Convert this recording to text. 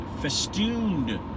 festooned